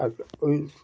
আর ওই